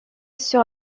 sur